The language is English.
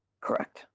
Correct